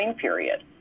period